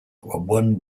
one